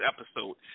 episode